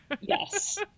Yes